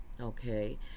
okay